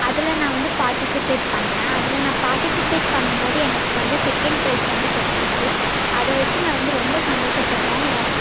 அதில் நான் வந்து பார்ட்டிசிபேட் பண்ணேன் அதில் நான் பார்ட்டிசிபேட் பண்ணும்போது எனக்கு வந்து செகண்ட் ப்ரைஸ் வந்து கெடைச்சிச்சி அதை வெச்சி நான் வந்து ரொம்ப சந்தோஷப்பட்றேன்